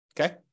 Okay